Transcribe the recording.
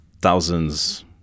thousands